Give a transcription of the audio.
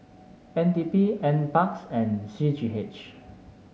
N D P NParks and C G H